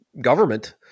government